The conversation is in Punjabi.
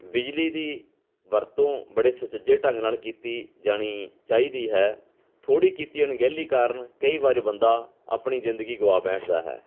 ਬਿਜਲੀ ਦੀ ਵਰਤੋਂ ਬੜੇ ਸੁਚੱਜੇ ਢੰਗ ਨਾਲ ਕੀਤੀ ਜਾਣੀ ਚਾਹੀਦੀ ਹੈ ਥੋੜ੍ਹੀ ਕੀਤੀ ਅਣਗਹਿਲੀ ਕਾਰਨ ਕਈ ਵਾਰ ਬੰਦਾ ਆਪਣੀ ਜ਼ਿੰਦਗੀ ਗਵਾ ਬੈਠਦਾ ਹੈ